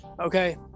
okay